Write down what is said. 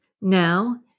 Now